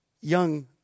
young